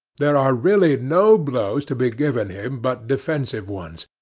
there are really no blows to be given him but defensive ones.